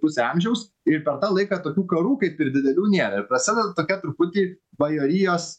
pusę amžiaus ir per tą laiką tokių karų kaip ir didelių nėra ir prasideda tokia truputį bajorijos delnams